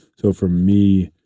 so for me,